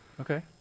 Okay